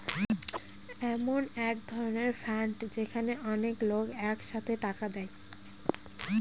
এমন এক ধরনের ফান্ড যেখানে অনেক লোক এক সাথে টাকা দেয়